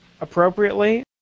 appropriately